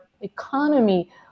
economy